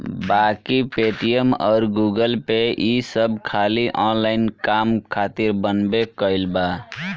बाकी पेटीएम अउर गूगलपे ई सब खाली ऑनलाइन काम खातिर बनबे कईल बा